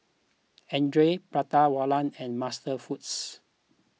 andre Prata Wala and MasterFoods